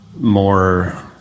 more